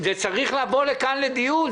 זה צריך לבוא לכאן לדיון.